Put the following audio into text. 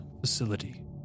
facility